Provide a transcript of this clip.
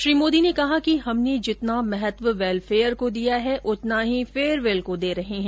श्री मोदी ने कहा कि हमने जितना महत्व वैलफेयर को दिया है उतना ही फेयरवेल को दे रहे है